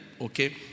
okay